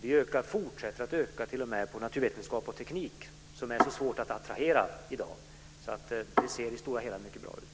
Vi fortsätter att öka platserna t.o.m. på naturvetenskap och teknik, som är så svåra att attrahera i dag. I det stora hela ser det alltså mycket bra ut.